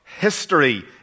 History